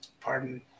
pardon